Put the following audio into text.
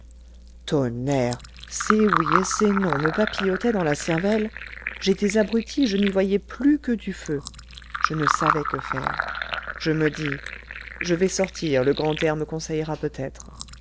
tonnerre ces oui et ces non me papillotaient dans la cervelle j'étais abruti je n'y voyais plus que du feu je ne savais que faire je me dis je vais sortir le grand air me conseillera peut-être